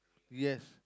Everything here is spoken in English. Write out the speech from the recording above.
yes